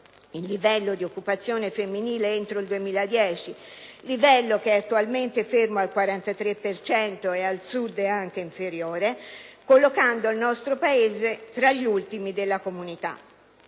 il livello di occupazione femminile entro il 2010, livello che attualmente è fermo al 43 per cento (e al Sud è anche inferiore), collocando il nostro Paese tra gli ultimi della Comunità,